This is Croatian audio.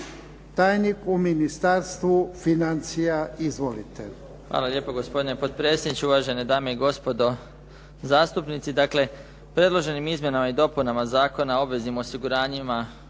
tajnik u Ministarstvu financija. Izvolite.